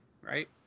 right